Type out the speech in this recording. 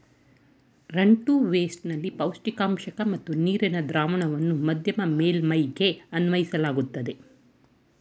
run to waste ನಲ್ಲಿ ಪೌಷ್ಟಿಕಾಂಶ ಮತ್ತು ನೀರಿನ ದ್ರಾವಣವನ್ನ ಮಧ್ಯಮ ಮೇಲ್ಮೈಗೆ ಅನ್ವಯಿಸಲಾಗ್ತದೆ